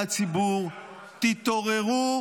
להביא תחת אולטימטום,